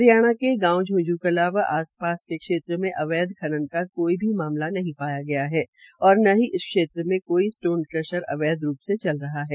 हरियाणा के गांव झोझूकला व आासपास के क्षेत्र में अवैध खनन का कोई भी मामला नहीं पाया गया है और न ही क्षेत्र में कोई स्टोन क्रशर अवैध रूप से चल रहा है